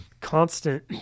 constant